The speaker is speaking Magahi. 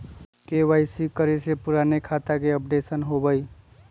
के.वाई.सी करें से पुराने खाता के अपडेशन होवेई?